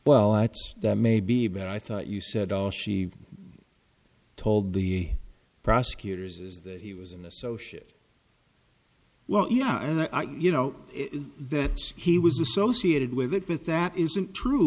well that may be but i thought you said all she told the prosecutors is that he was an associate well yeah you know that he was associated with it but that isn't true